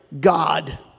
God